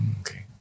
Okay